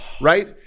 right